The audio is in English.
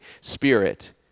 spirit